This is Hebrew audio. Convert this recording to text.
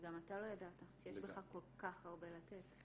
וגם אתה לא ידעת שיש בך כל כך הרבה לתת.